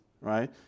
right